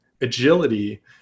agility